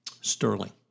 sterling